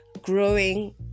growing